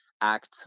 act